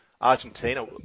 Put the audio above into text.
Argentina